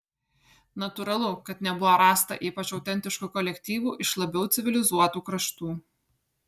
natūralu kad nebuvo rasta ypač autentiškų kolektyvų iš labiau civilizuotų kraštų